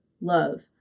love